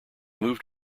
moved